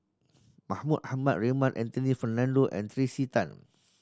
Mahmud Ahmad Raymond Anthony Fernando and Tracey Tan